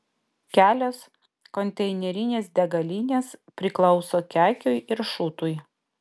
kelios konteinerinės degalinės priklauso kekiui ir šutui